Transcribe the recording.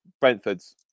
Brentford's